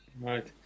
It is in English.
Right